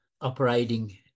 operating